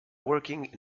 working